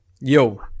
Yo